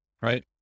right